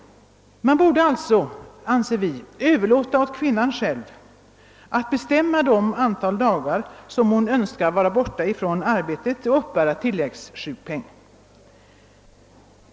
Man borde, anser vi, överlåta åt kvinnan själv att bestämma det antal dagar som hon önskar vara borta från arbetet och uppbära tilläggssjukpenning.